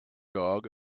dog